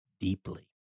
deeply